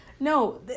No